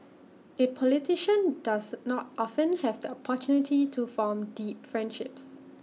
A politician does not often have the opportunity to form deep friendships